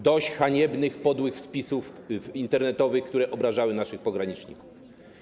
Dość haniebnych, podłych wpisów internetowych, które obrażały naszych pograniczników.